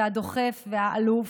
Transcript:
הדוחף והאלוף,